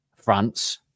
France